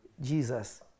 Jesus